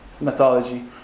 mythology